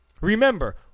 Remember